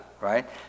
right